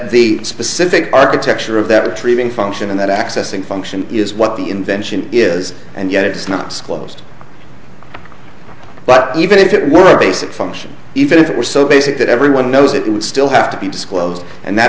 the specific architecture of that retrieving function and that accessing function is what the invention is and yet it's not supposed to but even if it were a basic function even if it were so basic that everyone knows it would still have to be disclosed and that